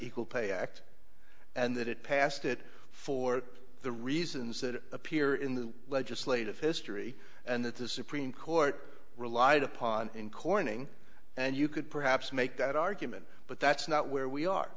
equal pay act and that it passed it for the reasons that appear in the legislative history and that the supreme court relied upon in corning and you could perhaps make that argument but that's not where we are